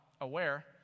aware